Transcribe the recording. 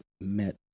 met